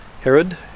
Herod